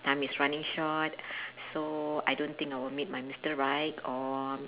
time is running short so I don't think I will meet my mister right or